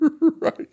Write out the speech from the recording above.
Right